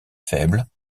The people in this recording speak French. faibles